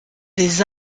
des